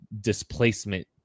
displacement